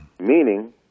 Meaning